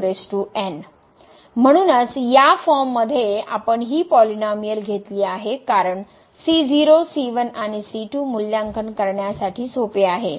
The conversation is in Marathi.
घेतो म्हणूनच या फॉर्म मध्ये आपण हि पॉलिनोमिअल घेतली आहे कारण आणि मूल्यांकन करण्यासाठी सोपी आहे